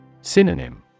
Synonym